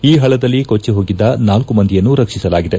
ಈ ಹಳ್ಳದಲ್ಲಿ ಕೊಟ್ಟಿ ಹೋಗಿದ್ದ ನಾಲ್ಗ ಮಂದಿಯನ್ನು ರಕ್ಷಿಸಲಾಗಿದೆ